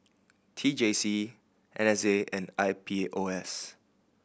T J C N S A and I P O S